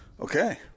Okay